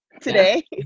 today